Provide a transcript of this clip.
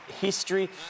history